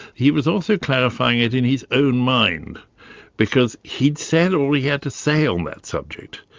he was also clarifying it in his own mind because he'd said all he had to say on that subject.